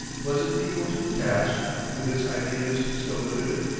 was it equal to the task, with its ideas still limited,